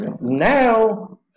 Now